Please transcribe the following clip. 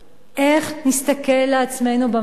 איך נסתכל על עצמנו במראה,